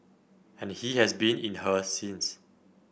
and he has been in her since